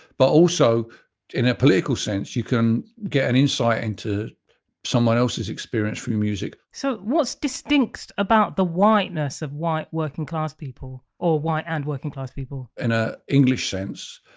but also in a political sense you can get an insight into someone else's experience through music so what's distinct about the whiteness of white working class people or white and working class people? in a english sense,